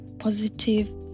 Positive